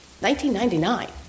1999